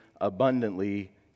abundantly